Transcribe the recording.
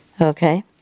Okay